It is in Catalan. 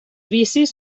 vicis